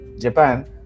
Japan